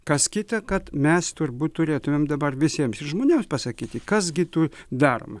kas kita kad mes turbūt turėtumėm dabar visiems žmonėms pasakyti kas gi tų daroma